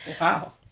Wow